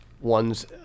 one's